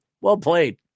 well-played